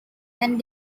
and